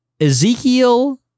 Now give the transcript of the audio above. Ezekiel